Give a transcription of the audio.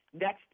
Next